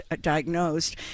diagnosed